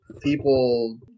people